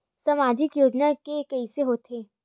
सामाजिक योजना के कइसे होथे?